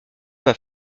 pas